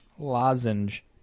lozenge